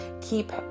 Keep